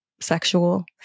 sexual